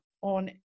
on